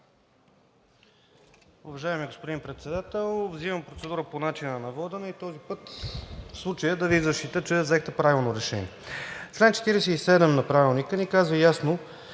Уважаеми господин Председател, взимам процедура по начина на водене и този път в случая да Ви защитя, че взехте правилно решение. Член 47 на Правилника ни казва ясно